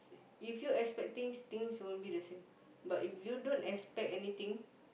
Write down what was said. if you expecting things won't be the same but if you don't expect anything